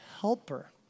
helper